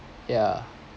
yeah